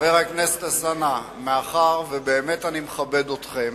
חבר הכנסת אלסאנע, מאחר שאני באמת מכבד אתכם,